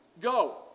Go